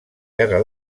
guerra